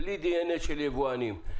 בלי DNA של יבואנים.